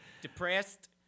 depressed